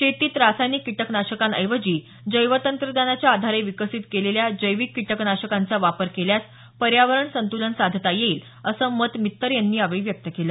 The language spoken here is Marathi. शेतीत रासायनिक कीटकनाशकांऐवजी जैवतंत्रज्ञानाच्या आधारे विकसित केलेल्या जैविक कीटकनाशकांचा वापर केल्यास पर्यावरण संतुलन साधता येईल असं मत मित्तर यांनी यावेळी व्यक्त केलं